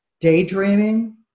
daydreaming